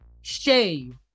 Shave